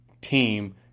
team